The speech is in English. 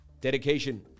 dedication